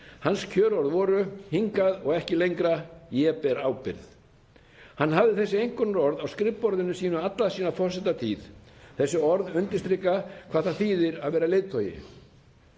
Hans kjörorð voru: Hingað og ekki lengra. Ég ber ábyrgð. Hann hafði þessi einkunnarorð á skrifborðinu sínu alla sína forsetatíð. Þessi orð undirstrika hvað það þýðir að vera leiðtogi.